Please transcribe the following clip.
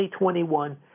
2021